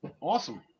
Awesome